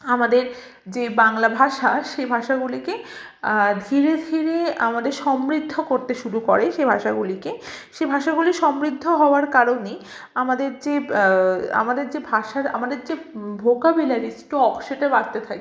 আমাদের যে বাংলা ভাষা সে ভাষাগুলিকে ধীরে ধীরে আমাদের সমৃদ্ধ করতে শুরু করে সে ভাষাগুলিকে সে ভাষাগুলি সমৃদ্ধ হওয়ার কারণে আমাদের যে আমাদের যে ভাষার আমাদের যে ভোকাবুলারি স্টক সেটা বাড়তে থাকে